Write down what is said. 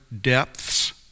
depths